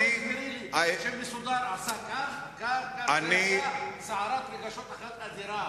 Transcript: זה לא סטרילי, היתה סערת רגשות אחת אדירה.